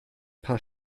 paar